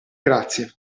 grazie